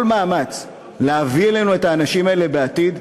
מאמץ להביא אלינו את האנשים האלה בעתיד?